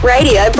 Radio